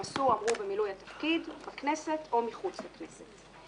עשו או אמרו במילוי התפקיד בכנסת או מחוץ לכנסת.